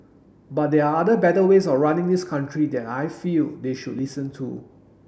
but there are other better ways of running this country that I feel they should listen to